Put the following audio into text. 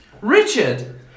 Richard